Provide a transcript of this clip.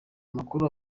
amakuru